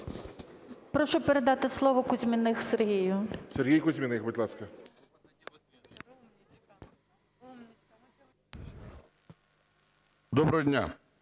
Доброго дня,